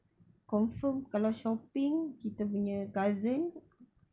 confirm kalau shopping kita punya cousin